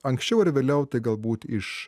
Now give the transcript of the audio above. anksčiau ar vėliau tai galbūt iš